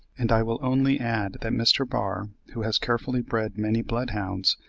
and i will only add that mr. barr, who has carefully bred many bloodhounds,